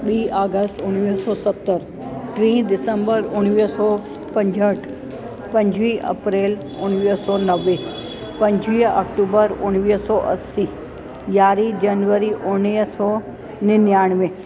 ॿी अगस्त उणिवीह सौ सतरि टीह डिसंबर उणिवीह सौ पंजहठि पंजवीह अप्रैल उणिवीह सौ नवे पंजवीह अक्टूबर उणिवीह सौ असी यारहीं जनवरी उणिवीह सौ निनयानवे